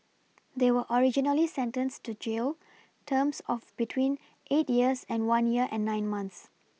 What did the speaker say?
they were originally sentenced to jail terms of between eight years and one year and nine months